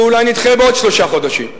ואולי נדחה בעוד שלושה חודשים.